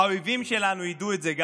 גם האויבים שלנו ידעו את זה.